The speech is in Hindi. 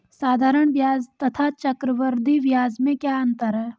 साधारण ब्याज तथा चक्रवर्धी ब्याज में क्या अंतर है?